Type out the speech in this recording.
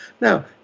Now